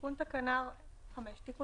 תיקון תקנה 42